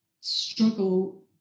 struggle